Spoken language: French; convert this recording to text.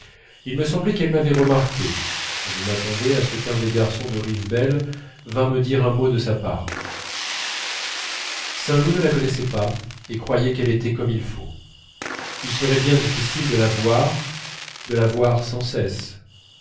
il me semblait qu'elle m'avait remarqué je m'attendais à ce qu'un des garçons de rivebelle vînt me dire un mot de sa part saint loup ne la connaissait pas et croyait qu'elle était comme il faut il serait bien difficile de la voir de la voir sans cesse